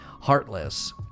heartless